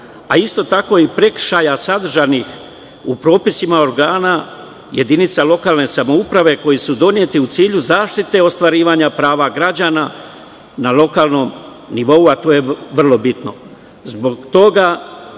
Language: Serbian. a isto tako i prekršaja sadržanih u propisima organa jedinica lokalne samouprave koji su doneti u cilju zaštite ostvarivanja prava građana na lokalnom nivou. Zbog toga